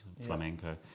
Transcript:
flamenco